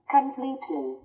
Completely